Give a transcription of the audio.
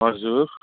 हजुर